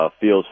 feels